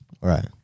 Right